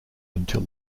until